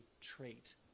trait